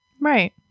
Right